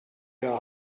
der